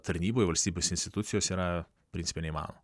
tarnyboje valstybės institucijose yra principe neįmanoma